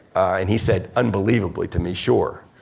and he said unbelievably to me sure.